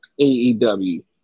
AEW